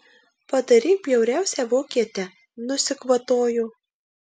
padaryk bjauriausią vokietę nusikvatojo